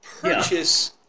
purchase